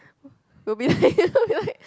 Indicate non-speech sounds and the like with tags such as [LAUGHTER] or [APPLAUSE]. we'll be like [LAUGHS] we'll be like